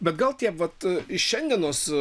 bet gal tie vat iš šiandienos